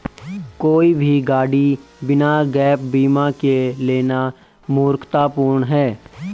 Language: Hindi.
कोई भी गाड़ी बिना गैप बीमा के लेना मूर्खतापूर्ण है